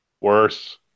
Worse